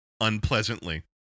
unpleasantly